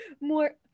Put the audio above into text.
more